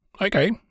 Okay